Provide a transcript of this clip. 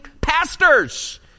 pastors